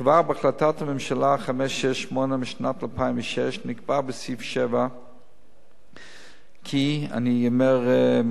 כבר בהחלטת הממשלה 568 משנת 2006 נקבע בסעיף 7 כי "אין